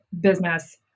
business